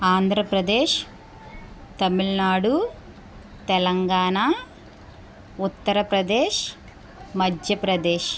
Andhra Pradesh Tamil Nadu Telangana Uttar Pradesh Madhya Pradesh